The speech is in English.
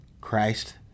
Christ